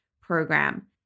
program